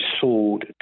sold